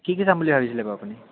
কি কি চাম বুলি ভাবিছিলে বাৰু আপুনি